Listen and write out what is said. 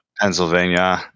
Pennsylvania